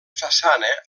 façana